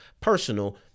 personal